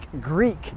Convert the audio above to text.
Greek